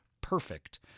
perfect